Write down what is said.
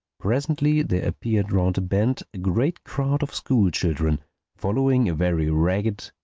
presently there appeared round a bend a great crowd of school-children following a very ragged,